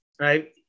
right